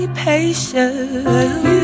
patient